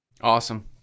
Awesome